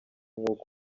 nk’uko